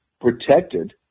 protected